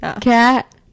cat